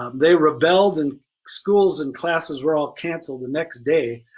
um they rebelled and schools and classes were all canceled the next day,